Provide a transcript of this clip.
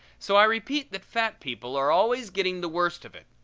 so i repeat that fat people are always getting the worst of it,